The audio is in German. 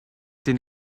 den